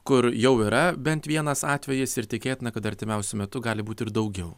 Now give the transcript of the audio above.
kur jau yra bent vienas atvejis ir tikėtina kad artimiausiu metu gali būti ir daugiau